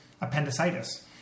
appendicitis